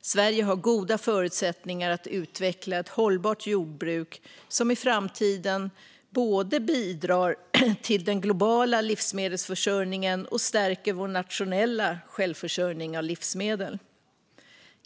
Sverige har goda förutsättningar att utveckla ett hållbart jordbruk som i framtiden både bidrar till den globala livsmedelsförsörjningen och stärker vår nationella självförsörjning av livsmedel.